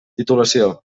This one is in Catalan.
titulació